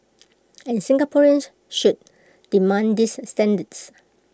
and Singaporeans should demand these standards